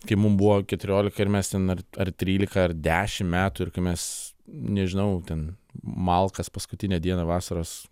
kai mum buvo keturiolika ir mes ten ar ar trylika ar dešimt metų ir kai mes nežinau ten malkas paskutinę dieną vasaros